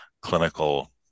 clinical